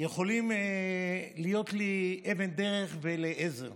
יכולים להיות לי לאבן דרך ולעזר.